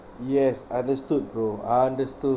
yes understood bro understood